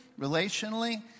relationally